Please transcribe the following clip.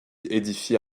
édifiée